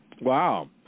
Wow